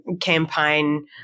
campaign